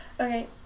Okay